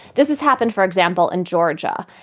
this has happened, for example, in georgia.